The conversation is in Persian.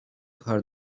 کار